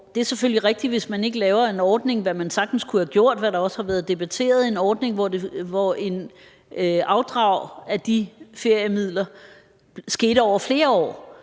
Det er selvfølgelig rigtigt, hvis man ikke laver en ordning, hvad man sagtens kunne have gjort, og hvad der også har været debatteret, hvor afdrag af de feriemidler skete over flere år,